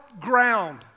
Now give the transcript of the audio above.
ground